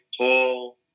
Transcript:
tall